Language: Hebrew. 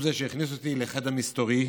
הוא שהכניס אותי לחדר מסתורי,